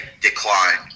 decline